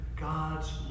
God's